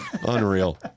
Unreal